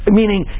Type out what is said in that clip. meaning